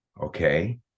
okay